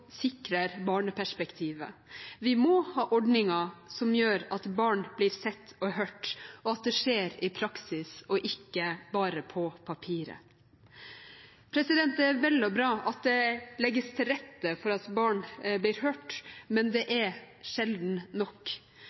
sikrer barneperspektivet. Vi må ha ordninger som gjør at barn blir sett og hørt, og at det skjer i praksis og ikke bare på papiret. Det er vel og bra at det legges til rette for at barn blir hørt, men det er sjelden nok.